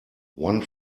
one